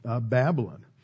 Babylon